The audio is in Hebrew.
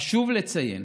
חשוב לציין